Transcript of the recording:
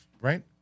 right